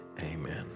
Amen